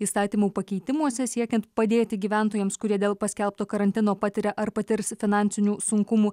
įstatymų pakeitimuose siekiant padėti gyventojams kurie dėl paskelbto karantino patiria ar patirs finansinių sunkumų